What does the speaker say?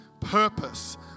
purpose